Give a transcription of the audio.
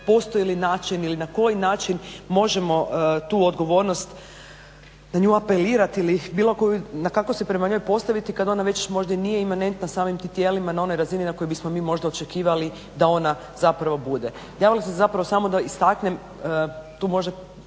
postoji li način ili na koji način možemo tu odgovornost na nju apelirati ili bilo koju, kako se prema njoj postaviti kad ona već možda i nije imanentna samim tim tijelima na onoj razini na kojoj bismo mi možda očekivali da ona zapravo bude. Javila sam se zapravo samo da istaknem tu možda